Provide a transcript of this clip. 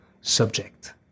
subject